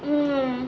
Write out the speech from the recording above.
mmhmm